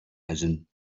hidden